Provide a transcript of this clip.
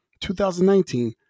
2019